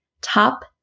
top